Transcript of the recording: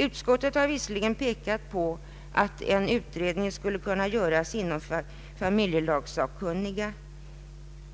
Utskottet har pekat på att en utredning skulle kunna göras inom familjelagssakkunniga